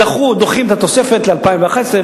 דוחים את התוספת ל-2011,